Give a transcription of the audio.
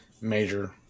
major